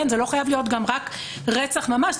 זה גם לא חייב להיות רק רצח ממש,